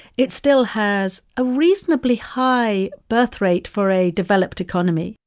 it still has a reasonably high birthrate for a developed economy.